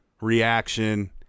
reaction